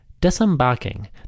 Disembarking